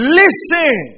listen